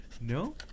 No